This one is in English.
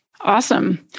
Awesome